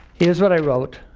here's what i wrote.